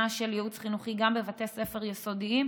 של ייעוץ חינוכי גם בבתי ספר יסודיים,